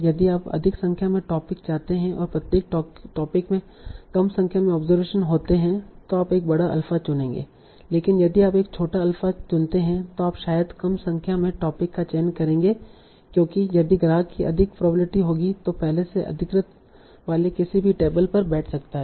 यदि आप अधिक संख्या में टोपिक चाहते हैं और प्रत्येक टोपिक में कम संख्या में ऑब्जरवेशन होते हैं तो आप एक बड़ा अल्फा चुनेंगे लेकिन यदि आप एक छोटा अल्फा चुनते हैं तो आप शायद कम संख्या में टोपिक का चयन करेंगे क्योंकि यदि ग्राहक की अधिक प्रोबेबिलिटी होगी तों पहले से अधिकृत वाले किसी भी टेबल पर बैठ सकता है